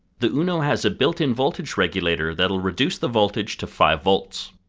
the uno has a built in voltage regulator that will reduce the voltage to five volts.